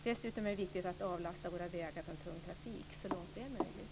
Dessutom är det viktigt att avlasta våra vägar tung trafik så långt det är möjligt.